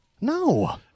No